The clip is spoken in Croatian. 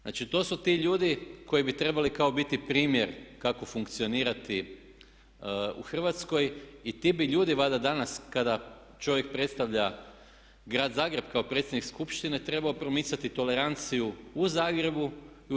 Znači, to su ti ljudi koji bi trebali kao biti primjer kako funkcionirati u Hrvatskoj i ti bi ljudi valjda danas kada čovjek predstavlja Grad Zagreb kao predsjednik Skupštine trebao promicati toleranciju u Zagrebu i u RH.